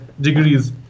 degrees